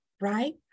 right